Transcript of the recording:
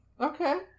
Okay